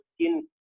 skin